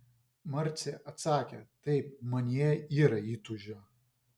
marcė atsakė taip manyje yra įtūžio